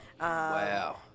Wow